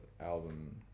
album